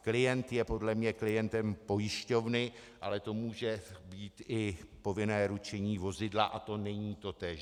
Klient je podle mě klientem pojišťovny, ale to může být i povinné ručení vozidla a to není totéž.